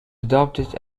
adopted